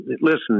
listen